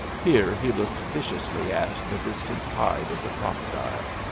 here he looked viciously at the distant hide of the crocodile.